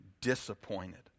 disappointed